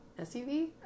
SUV